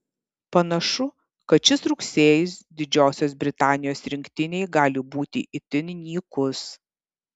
panašu kad šis rugsėjis didžiosios britanijos rinktinei gali būti itin nykus